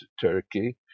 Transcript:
Turkey